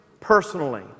personally